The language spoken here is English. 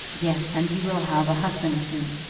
yes and you will have a husband soon.